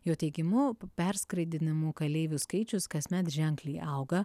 jo teigimu perskraidinamų kaleivių skaičius kasmet ženkliai auga